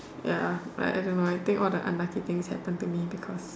ya I I don't I think all of the unlucky things happen to me because